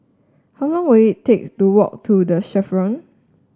how long will it take to walk to The Chevrons